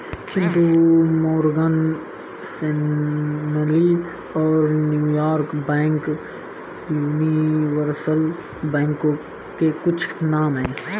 Chintu Morgan Stanley और New York bank universal बैंकों के कुछ नाम है